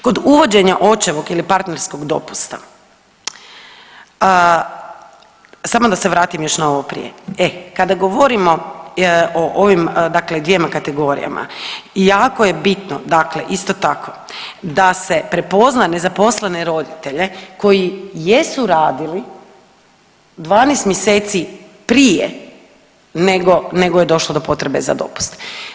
Kod uvođenja očevog ili partnerskog dopusta, samo da se vratim još na ovo prije, e kada govorimo o ovim dakle dvjema kategorija jako je bitno dakle isto tako da se prepozna nezaposlene roditelje koji jesu radili 12 mjeseci prije nego, nego je došlo do potrebe za dopust.